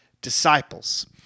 disciples